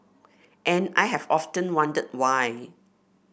and I have often wondered why